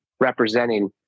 representing